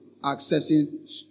accessing